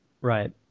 Right